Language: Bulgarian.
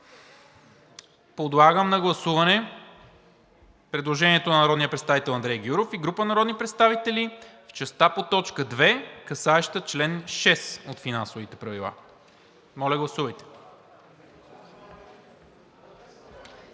Подлагам на гласуване предложението на народния представител Андрей Гюров и група народни представители в частта по т. 2, касаеща чл. 6 от Финансовите правила. Гласували